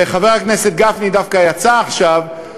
וחבר הכנסת גפני דווקא יצא עכשיו,